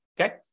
okay